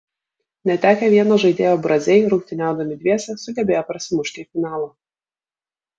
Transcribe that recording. netekę vieno žaidėjo braziai rungtyniaudami dviese sugebėjo prasimušti į finalą